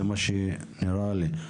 זה מה שנראה לי.